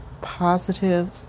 positive